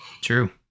True